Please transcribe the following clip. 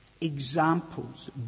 examples